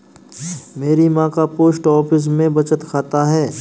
मेरी मां का पोस्ट ऑफिस में बचत खाता है